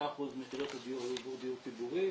5% מיחידות הדיור היו בדיור ציבורי,